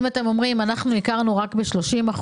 אם אתם אומרים, הכרנו רק ב-30%,